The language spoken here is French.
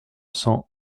cents